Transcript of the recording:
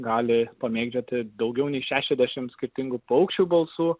gali pamėgdžioti daugiau nei šešiasdešimt skirtingų paukščių balsų